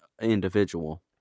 individual